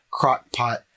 crockpot